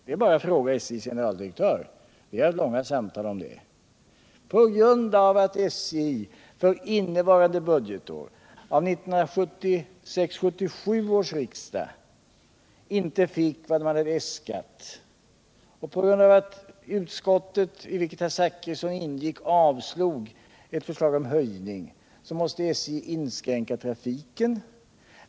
Det är bara att fråga SJ:s generaldirektör, vi hade långa samtal om detta. På grund av att man i SJ för innevarande budgetår av 1976/77 års riksdag inte fick vad man hade äskat och på grund av att utskottet, i vilket herr Zachrisson ingick, avslog ett förslag om höjning måste SJ inskränka trafiken.